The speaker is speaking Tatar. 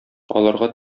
аларга